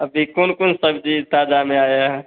अभी कौन कौन सब्जी ताजा में आया है